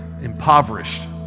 impoverished